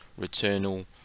Returnal